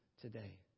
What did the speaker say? today